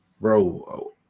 Bro